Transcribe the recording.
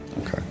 okay